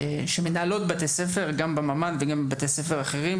מנהלות בתי-ספר גם בממ"ד וגם בבתי-ספר אחרים,